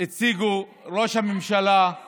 אני